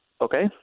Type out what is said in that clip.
Okay